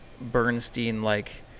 Bernstein-like